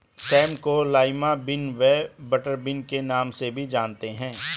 same को lima bean व butter bean के नाम से भी जानते हैं